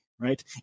Right